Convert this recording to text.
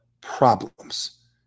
problems